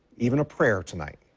even a prayer tonight.